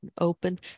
open